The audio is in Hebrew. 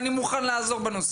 אני מוכן לעזור בנושא.